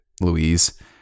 Louise